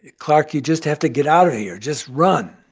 clark, you just have to get out of here. just run.